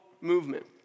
movement